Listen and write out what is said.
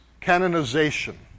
canonization